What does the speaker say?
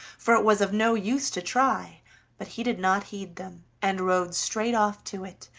for it was of no use to try but he did not heed them, and rode straight off to it,